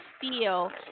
feel